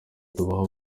tubaha